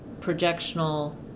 projectional